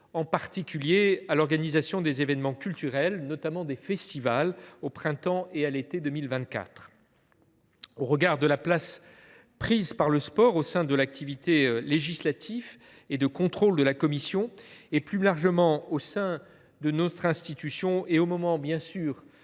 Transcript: en particulier à l’organisation des événements culturels, notamment des festivals, au printemps et à l’été 2024. Au regard de la place prise par le sport au sein de l’activité législative et de contrôle de la commission et, plus largement, au sein de notre institution, et au moment où notre